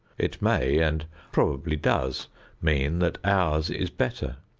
it may and probably does mean that ours is better.